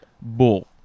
Bull